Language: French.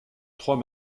trois